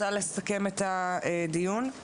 לסיכום,